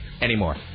anymore